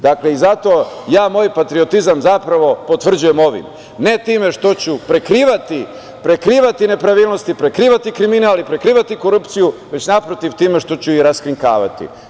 Dakle, ja moj patriotizam zapravo potvrđujem ovim, a ne time što ću prekrivati nepravilnosti, prekrivati kriminal i prekrivati korupciju, već naprotiv time što ću ih raskrinkavati.